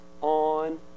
on